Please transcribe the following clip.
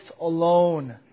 alone